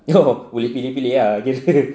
oh boleh pilih-pilih ah